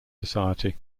society